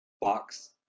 box